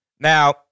Now